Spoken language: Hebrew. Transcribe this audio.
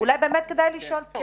אולי באמת כדאי לשאול על זה.